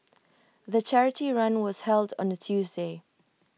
the charity run was held on A Tuesday